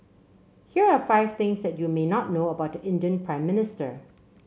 here are five things that you may not know about the Indian Prime Minister